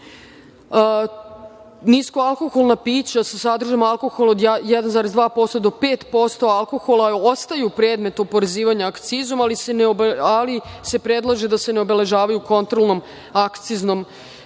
Nisko alkoholna pića sa sadržajem alkohola od 1,2% do 5% alkohola ostaju predmet oporezivanja akcizom, ali se predlaže da se ne obeležavaju kontrolnom akciznom